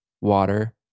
water